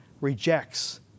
rejects